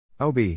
OB